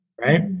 right